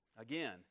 Again